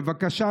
בבקשה,